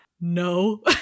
no